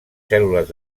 cèl·lules